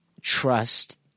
trust